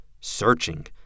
searching